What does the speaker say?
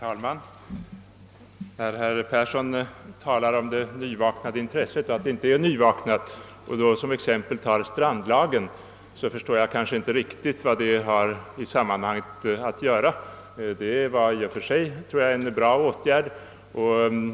Herr talman! Herr Persson i Skän ninge säger att det inte är fråga om något nyvaknat intresse och tar som exempel strandlagen. Men jag förstår inte riktigt vad den har i sammanhanget att göra. Jag tror att det i och för sig var bra att strandlagen infördes.